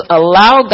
allow